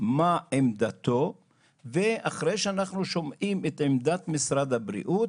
מה עמדתו ואחרי שאנחנו שומעים את עמדת משרד הבריאות,